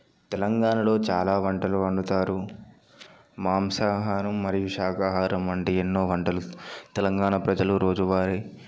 తెలంగాణలో చాలా వంటలు వండుతారు మాంసాహారం మరియు శాకాహారం వంటి ఎన్నో వంటలు తెలంగాణ ప్రజలు రోజువారీ